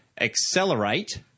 accelerate